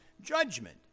judgment